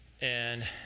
and